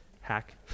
hack